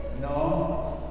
No